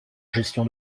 gestion